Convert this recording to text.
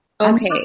Okay